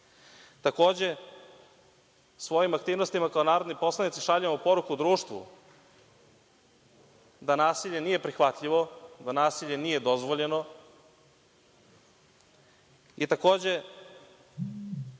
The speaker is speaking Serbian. Takođe, svojim aktivnostima kao narodni poslanici šaljemo poruku društvu da nasilje nije prihvatljivo, da nasilje nije dozvoljeno i takođe,